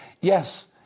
Yes